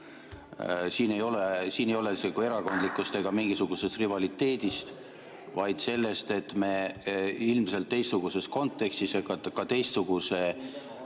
Siin ei ole juttu erakondlikust ega mingisugusest muust rivaliteedist, vaid sellest, et me ilmselt teistsuguses kontekstis ja ka teistsuguse